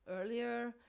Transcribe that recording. earlier